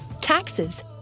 taxes